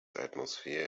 atmosphere